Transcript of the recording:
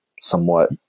somewhat